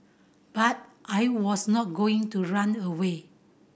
but I was not going to run away